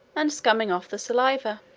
and scumming off the saliva.